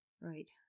Right